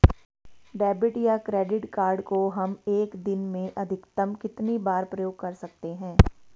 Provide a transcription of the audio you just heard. Debit या credit card को हम एक दिन में अधिकतम कितनी बार प्रयोग कर सकते हैं?